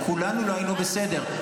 כולנו לא היינו בסדר.